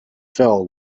fell